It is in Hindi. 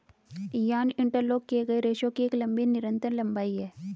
यार्न इंटरलॉक किए गए रेशों की एक लंबी निरंतर लंबाई है